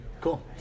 Cool